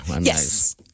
Yes